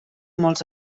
molts